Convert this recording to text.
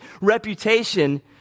reputation